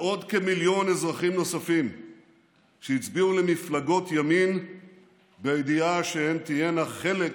ועוד כמיליון אזרחים נוספים שהצביעו למפלגות ימין בידיעה שהן תהיינה חלק